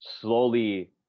slowly